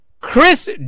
Chris